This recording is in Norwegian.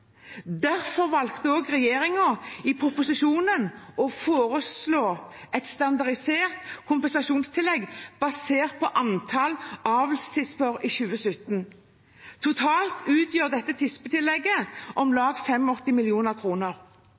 Derfor valgte regjeringen i proposisjonen å foreslå et standardisert kompensasjonstillegg basert på antallet avlstisper i 2017. Totalt utgjør dette tispetillegget om lag